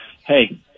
hey